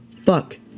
fuck